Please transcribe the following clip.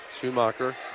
Schumacher